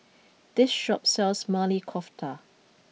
this shop sells Maili Kofta